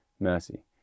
mercy